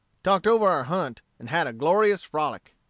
talked over our hunt, and had a glorious frolic.